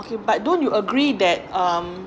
but don't you agree that um